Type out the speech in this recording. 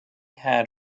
had